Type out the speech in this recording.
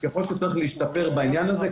יכול להיות שצריך להשתפר בעניין הזה.